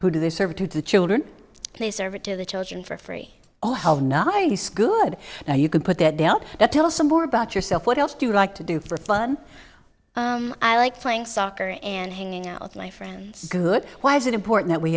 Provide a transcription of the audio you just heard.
who do they serve it to the children they serve it to the children for free oh hell not ice good now you can put that doubt that tell us some more about yourself what else do you like to do for fun i like playing soccer and hanging out with my friends good why is it important that we